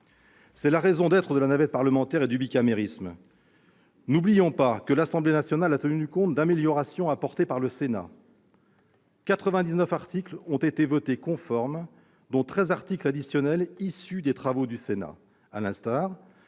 la raison d'être de la navette parlementaire et du bicamérisme ! N'oublions pas que l'Assemblée nationale a tenu compte de certaines améliorations apportées par le Sénat : quelque 99 articles ont été votés conformes, dont 13 articles additionnels issus de nos travaux.